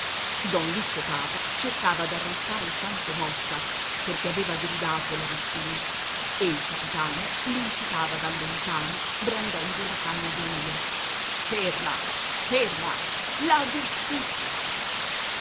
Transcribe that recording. don liccio papa cercava d'arrestare santo motta perché aveva gridato la mattina e il capitano l'incitava da lontano brandendo la canna d'india ferma ferma la giustizia